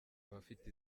abafite